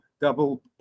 double